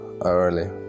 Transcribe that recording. early